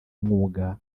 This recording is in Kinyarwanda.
mwuga